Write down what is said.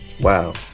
Wow